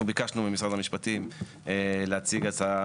אנחנו ביקשנו ממשרד המשפטים להציע הצעה,